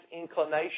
inclination